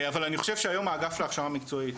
אבל אני חושב שהיום האגף להכשרה מקצועית,